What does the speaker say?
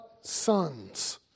sons